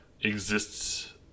exists